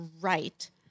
right